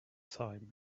time